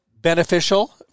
beneficial